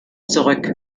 zurück